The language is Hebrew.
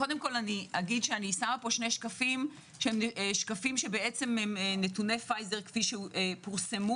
אני שמה פה שני שקפים, נתוני פייזר כפי שפורסמו